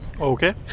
Okay